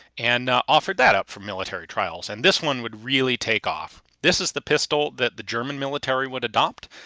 and offered that up for military trials. and this one would really take off, this is the pistol that the german military would adopt.